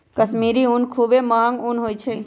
कश्मीरी ऊन खुब्बे महग ऊन होइ छइ